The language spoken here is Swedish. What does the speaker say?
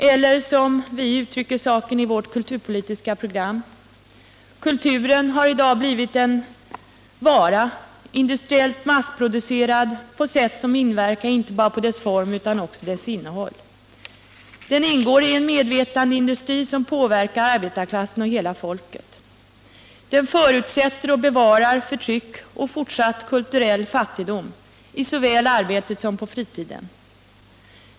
Eller som vi uttrycker saken i vårt kulturpolitiska program: ”Kulturen har i dag blivit en vara, industriellt massproducerad som inverkar inte bara på dess form utan också på dess innehåll. Den ingår i en medvetandeindustri som påverkar arbetarklassen och hela folket. Den förutsätter och bevarar förtryck och fortsatt kulturell fattigdom såväl i arbetet som på fritiden.